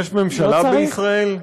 יש ממשלה בישראל?